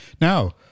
Now